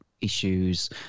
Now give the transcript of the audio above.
issues